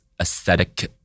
aesthetic